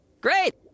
Great